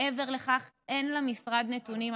מעבר לכך אין למשרד נתונים.